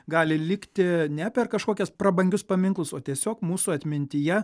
gali likti ne per kažkokias prabangius paminklus o tiesiog mūsų atmintyje